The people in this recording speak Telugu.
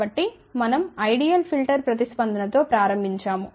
కాబట్టి మనం ఐడియల్ ఫిల్టర్ ప్రతిస్పందన తో ప్రారంభించాము